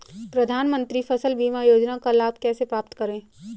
प्रधानमंत्री फसल बीमा योजना का लाभ कैसे प्राप्त करें?